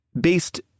based